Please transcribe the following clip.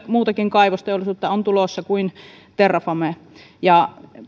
muutakin kaivosteollisuutta on tulossa kuin terrafame ja